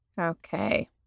Okay